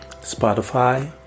Spotify